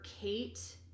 kate